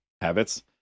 habits